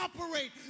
operate